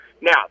Now